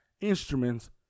instruments